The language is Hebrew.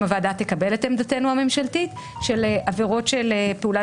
הוועדה תקבל את עמדתנו הממשלתית של עבירות של פעולה